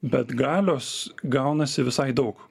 bet galios gaunasi visai daug